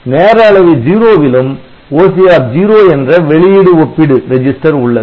நேர அளவி 0 விலும் OCR0 என்ற வெளியீடு ஒப்பிடு ரெஜிஸ்டர் உள்ளது